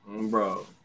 bro